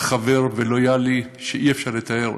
חבר ולויאלי ברמות שאי-אפשר לתאר.